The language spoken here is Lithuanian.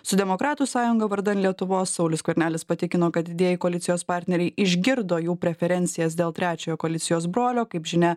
su demokratų sąjunga vardan lietuvos saulius skvernelis patikino kad didieji koalicijos partneriai išgirdo jų preferencijas dėl trečiojo koalicijos brolio kaip žinia